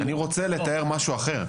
אני רוצה לתאר משהו אחר.